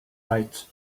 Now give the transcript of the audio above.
right